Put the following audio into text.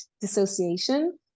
dissociation